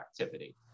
activity